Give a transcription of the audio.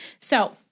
So-